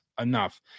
enough